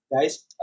guys